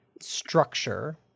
structure